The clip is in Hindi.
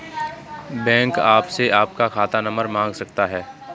बैंक आपसे आपका खाता नंबर मांग सकता है